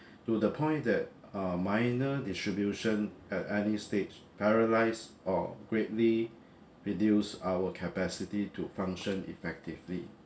to the point that uh minor distribution at any stage paralyze or greatly reduce our capacity to function effectively